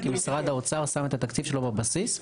כי משרד האוצר שם את התקציב שלו בבסיס.